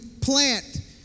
plant